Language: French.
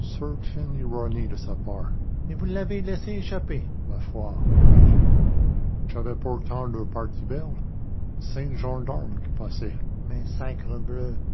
de sa part et vous l'avez laissé échapper ma foi oui j'avais pourtant la partie belle cinq gendarmes qui passaient mais